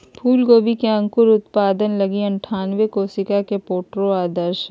फूलगोभी के अंकुर उत्पादन लगी अनठानबे कोशिका के प्रोट्रे आदर्श हइ